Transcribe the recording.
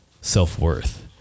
self-worth